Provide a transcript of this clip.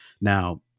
Now